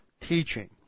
teaching